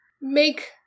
make